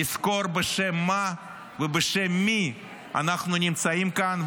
לזכור בשם מה ובשם מי אנחנו נמצאים כאן,